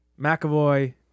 McAvoy